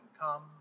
come